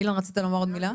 אילן, רצית לומר עוד מילה?